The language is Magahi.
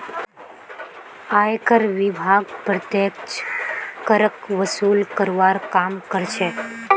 आयकर विभाग प्रत्यक्ष करक वसूल करवार काम कर्छे